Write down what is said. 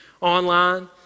online